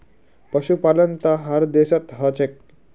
पशुपालन त हर देशत ह छेक